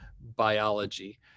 biology